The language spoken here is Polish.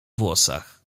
włosach